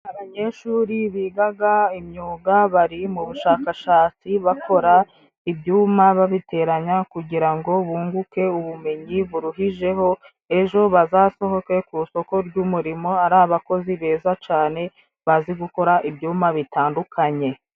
Abanyeshuri bigaga imyuga bari mu bushakashatsi bakora ibyuma babiteranya kugira ngo bunguke ubumenyi buruhijeho ejo bazasohoke ku soko ry'umurimo ari abakozi beza cyane bazi gukora ibyuma bitandukanye.